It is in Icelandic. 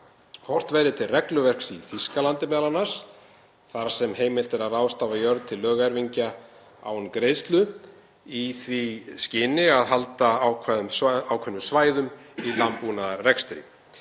Horft verði til regluverks í Þýskalandi þar sem heimilt er að ráðstafa jörð til lögerfingja án greiðslu, í því skyni að halda ákveðnum svæðum í landbúnaðarrekstri,